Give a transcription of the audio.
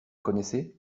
connaissez